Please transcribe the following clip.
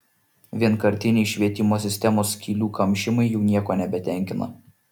vienkartiniai švietimo sistemos skylių kamšymai jau nieko nebetenkina